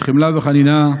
וחמלה וחנינה,